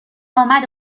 آمد